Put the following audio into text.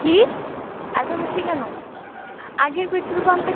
কী এত বেশি কেন আগের পেট্রোল পাম্পে